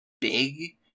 big